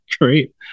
great